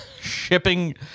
shipping